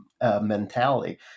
mentality